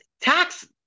tax